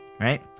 right